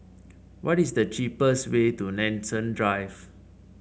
what is the cheapest way to Nanson Drive